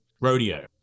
Rodeo